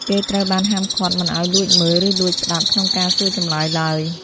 គេត្រូវបានហាមឃាត់មិនឱ្យលួចមើល ឬលួចស្តាប់ក្នុងការសួរចម្លើយឡើយ។